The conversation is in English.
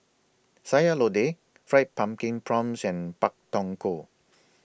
Sayur Lodeh Fried Pumpkin Prawns and Pak Thong Ko